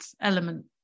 element